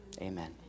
Amen